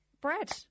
bread